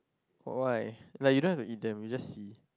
but why like you don't have to indent you see just